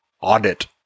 audit